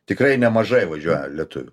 tikrai nemažai važiuoja lietuvių